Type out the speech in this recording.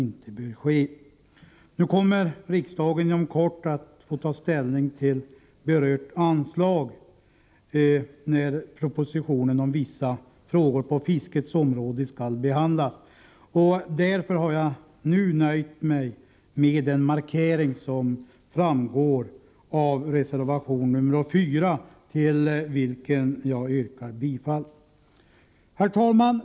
När inom kort propositionen om vissa frågor på fiskets område skall behandlas, kommer riksdagen att få ta ställning till det berörda anslaget. Därför har jag nu nöjt mig med markeringen i reservation 4, till vilken jag yrkar bifall. Herr talman!